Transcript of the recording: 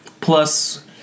Plus